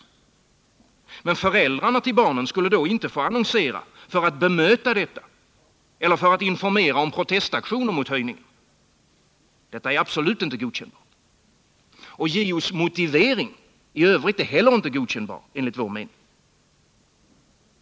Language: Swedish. Men barnens föräldrar skulle alltså inte få annonsera för att bemöta detta eller för att informera om protestaktioner mot höjningarna. Detta är absolut inte godkännbart. Inte heller JO:s motivering i övrigt är godkännbar enligt vår mening.